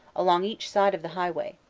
along each side of the highway,